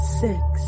six